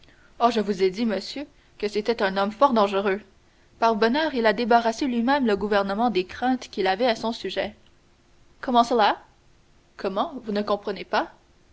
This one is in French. oh je vous ai dit monsieur que c'était un homme fort dangereux par bonheur il a débarrassé lui-même le gouvernement des craintes qu'il avait à son sujet comment cela comment vous ne comprenez pas